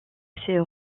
ces